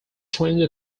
twenty